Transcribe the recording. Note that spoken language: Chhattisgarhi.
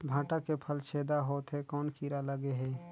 भांटा के फल छेदा होत हे कौन कीरा लगे हे?